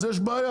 אז יש בעיה,